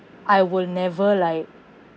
I will never like